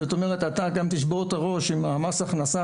זאת אומרת אתה תשבור את הראש עם מס הכנסה,